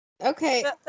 Okay